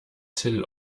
till